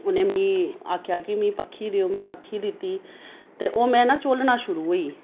उ'नें मीं आखेआ कि मिगी पक्खी देओ में पक्खी दित्ती ते ओह् में ना झोलना शुरू होई गेई